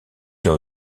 ont